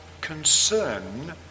concern